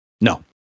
no